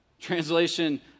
Translation